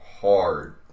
hard